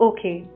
Okay